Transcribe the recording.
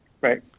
Right